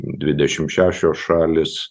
dvidešim šešios šalys